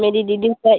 मेरी दीदी का